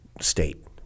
state